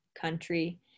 country